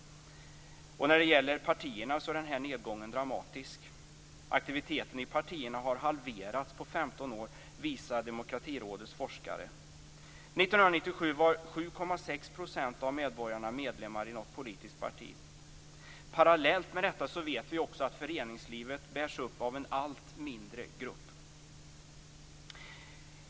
När det gäller partierna är nedgången dramatisk. Aktiviteten i partierna har halverats på 15 år, visar Demokratirådets forskare. 1997 var 7,6 % av medborgarna medlemmar i något politiskt parti. Parallellt med detta vet vi också att föreningslivet bärs upp av en allt mindre grupp.